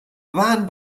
waren